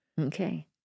Okay